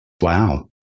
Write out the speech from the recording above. Wow